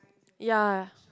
ya